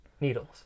Needles